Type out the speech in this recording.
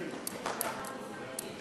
שתגיע לדוכן,